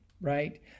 right